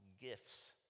gifts